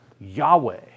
Yahweh